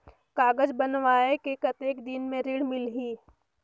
कागज बनवाय के कतेक दिन मे ऋण मिलही?